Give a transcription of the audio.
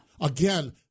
Again